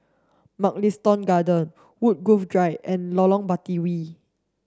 Mugliston Garden Woodgrove Drive and Lorong Batawi